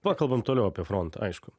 pakalbam toliau apie frontą aišku